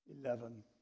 Eleven